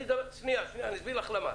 אני אסביר לך למה.